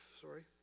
sorry